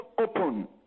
open